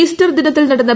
Easter ദിനത്തിൽ നട്ടന്നു